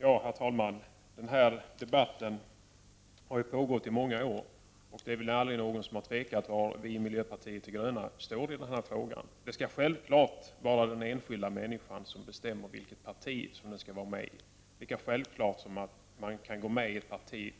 Herr talman! Den här debatten har pågått i många år, och det är väl aldrig någon som har tvekat om var vi i miljöpartiet de gröna står i frågan. Det skall självfallet vara den enskilda människan som bestämmer vilket parti hon skall vara med i. Lika självklart som att man kan gå med i ett parti